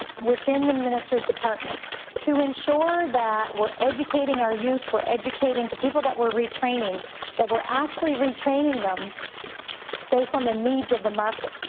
within the minister's department to ensure that we're educating our youth, we're educating the people that we're retraining that we're actually retraining them based on the needs of the market?